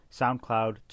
SoundCloud